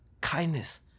kindness